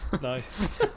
Nice